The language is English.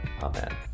Amen